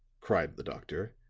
cried the doctor,